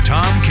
Tom